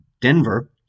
Denver